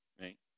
right